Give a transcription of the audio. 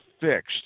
fixed